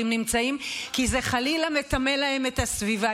נמצאים כי זה חלילה מטמא להם את הסביבה.